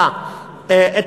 שרים,